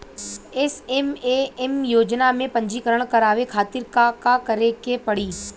SMAM योजना में पंजीकरण करावे खातिर का का करे के पड़ी?